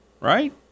Right